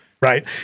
right